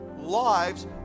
Lives